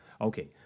Okay